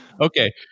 okay